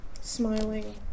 Smiling